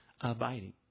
abiding